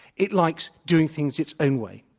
it likes doing things its own way,